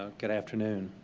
ah good afternoon.